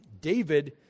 David